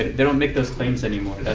they don't make those claims anymore.